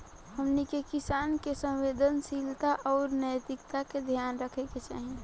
हमनी के किसान के संवेदनशीलता आउर नैतिकता के ध्यान रखे के चाही